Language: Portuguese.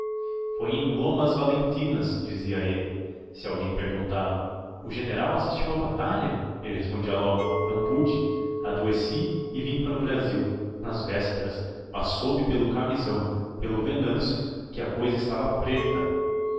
foi em lomas valentinas dizia ele se alguém perguntava o general assistiu a batalha ele respondia logo não pude adoeci e vim para o brasil nas vésperas mas soube pelo camisão pelo venâncio que a cousa esteve preta